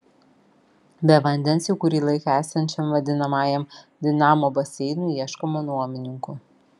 be vandens jau kurį laiką esančiam vadinamajam dinamo baseinui ieškoma nuomininkų